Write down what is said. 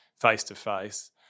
face-to-face